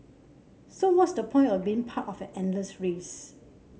so what's the point of being part of an endless race